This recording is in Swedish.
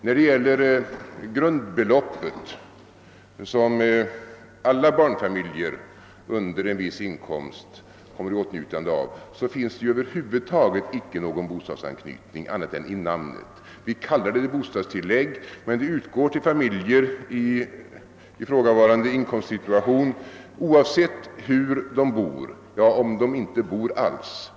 När det gäl ler grundbeloppet, som alla barnfamiljer under en viss inkomst kommer i åtnjutande av, finns det över huvud taget inte någon bostadsanknytning annat än i namnet — vi kallar det »bostadstilllägg» men det utgår till familjer i ifrågavarande inkomstsituation, oavsett hur de bor, ja även om de inte bor alls.